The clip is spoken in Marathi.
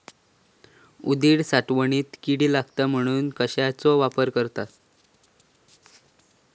उडीद साठवणीत कीड लागात म्हणून कश्याचो वापर करतत?